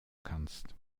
kannst